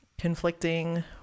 conflicting